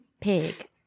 pig